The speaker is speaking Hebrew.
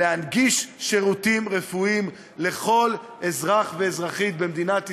להנגיש שירותים רפואיים לכל אזרח ואזרחית במדינת ישראל,